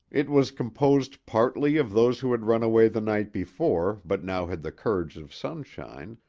it was composed partly of those who had run away the night before, but now had the courage of sunshine,